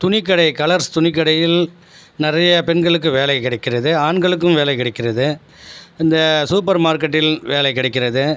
துணிக்கடை கலர்ஸ் துணிக்கடையில் நிறைய பெண்களுக்கு வேலை கிடைக்கிறது ஆண்களுக்கும் வேலை கிடைக்கிறது அந்த சூப்பர் மார்க்கெட்டில் வேலை கிடைக்கிறது